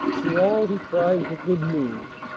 to all he cries the good news,